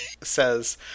says